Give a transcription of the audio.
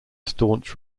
staunch